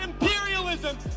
imperialism